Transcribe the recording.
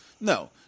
No